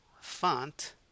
font